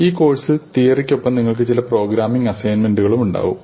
ഈ കോഴ്സിൽ തിയറിക്കൊപ്പം നിങ്ങൾക്ക് ചില പ്രോഗ്രാമിംഗ് അസൈൻമെന്റുകളും ഉണ്ടാകും